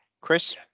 Chris